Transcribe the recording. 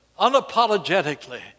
unapologetically